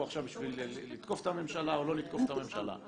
בשביל לתקוף את הממשלה או לא לתקוף את הממשלה.